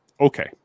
okay